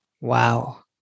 Wow